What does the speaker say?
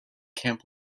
camp